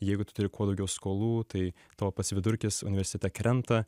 jeigu tu turi kuo daugiau skolų tai tavo pats vidurkis universitete krenta